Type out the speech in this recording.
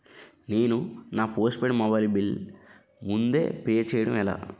నేను నా postpaid mobile bill ముందే పే చేయడం ఎలా?